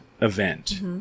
event